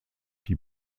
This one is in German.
die